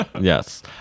yes